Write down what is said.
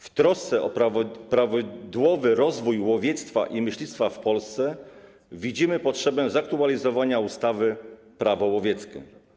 W trosce o prawidłowy rozwój łowiectwa i myślistwa w Polsce widzimy potrzebę zaktualizowania ustawy Prawo łowieckie.